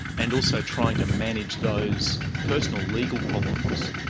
and also trying to manage those personal legal problems,